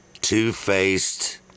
two-faced